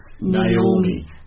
Naomi